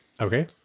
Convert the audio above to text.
Okay